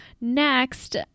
Next